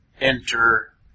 enter